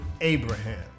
Abraham